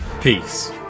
Peace